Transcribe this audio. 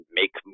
make